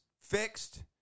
fixed